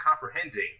comprehending